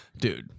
dude